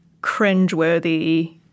cringeworthy